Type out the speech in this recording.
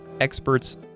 experts